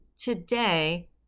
today